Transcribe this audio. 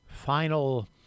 final